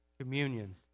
communion